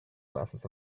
glasses